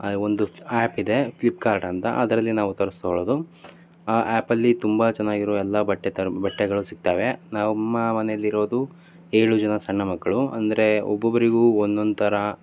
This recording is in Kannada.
ಒಂದು ಫ್ ಆ್ಯಪ್ ಇದೆ ಫ್ಲಿಪ್ಕಾರ್ಟ್ ಅಂತ ಅದರಲ್ಲಿ ನಾವು ತರಿಸ್ಕೊಳ್ಳೋದು ಆ ಆ್ಯಪಲ್ಲಿ ತುಂಬ ಚೆನ್ನಾಗಿರುವ ಎಲ್ಲ ಬಟ್ಟೆ ಥರ ಬಟ್ಟೆಗಳು ಸಿಗ್ತವೆ ನಮ್ಮ ಮನೆಯಲ್ಲಿರೋದು ಏಳು ಜನ ಸಣ್ಣ ಮಕ್ಕಳು ಅಂದರೆ ಒಬ್ಬೊಬ್ಬರಿಗೂ ಒಂದೊಂದು ಥರ